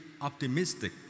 optimistic